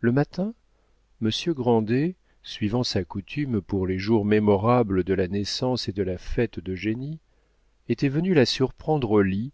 le matin monsieur grandet suivant sa coutume pour les jours mémorables de la naissance et de la fête d'eugénie était venu la surprendre au lit